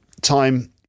time